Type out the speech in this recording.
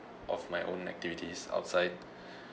of my own activities outside